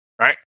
right